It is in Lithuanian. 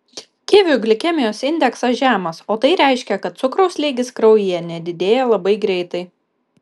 kivių glikemijos indeksas žemas o tai reiškia kad cukraus lygis kraujyje nedidėja labai greitai